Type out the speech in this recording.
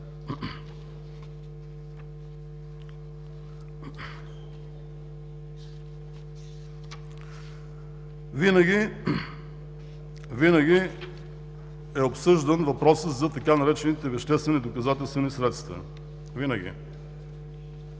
Винаги е обсъждан въпросът за така наречените „веществени доказателствени средства“. Винаги!